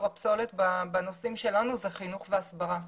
הפסולת בנושאים שלנו זה חינוך והסברה.